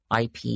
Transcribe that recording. IP